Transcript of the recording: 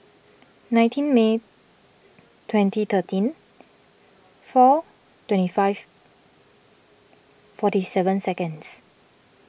nineteen May twenty thirteen four twenty five forty seven seconds